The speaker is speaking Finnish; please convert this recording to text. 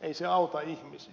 ei se auta ihmisiä